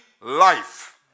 life